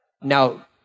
Now